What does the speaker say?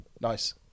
Nice